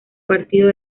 partido